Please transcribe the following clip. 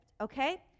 okay